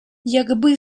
якби